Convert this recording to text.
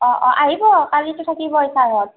অ' অ' আহিব কালিটো থাকিবই ছাৰহঁত